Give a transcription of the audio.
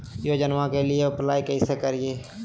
योजनामा के लिए अप्लाई कैसे करिए?